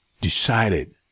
decided